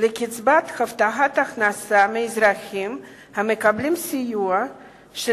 לקצבת הבטחת הכנסה מאזרחים המקבלים סיוע של